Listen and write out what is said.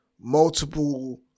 multiple